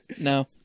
no